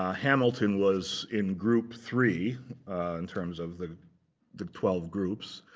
ah hamilton was in group three in terms of the the twelve groups,